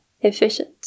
efficient